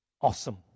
Awesome